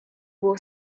will